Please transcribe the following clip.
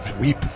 weep